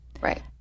right